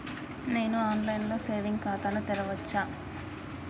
నేను online లో saving ఖాతా ను తెరవచ్చా?